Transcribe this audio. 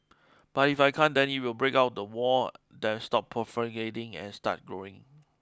but if I can't then it will break out the wall then stop proliferating and start growing